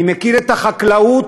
אני מכיר את החקלאות,